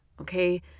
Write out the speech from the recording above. okay